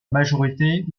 majorité